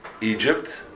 Egypt